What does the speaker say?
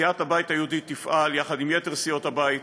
סיעת הבית היהודי תפעל יחד עם יתר סיעות הבית